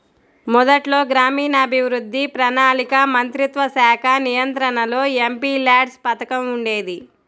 మొదట్లో గ్రామీణాభివృద్ధి, ప్రణాళికా మంత్రిత్వశాఖ నియంత్రణలో ఎంపీల్యాడ్స్ పథకం ఉండేది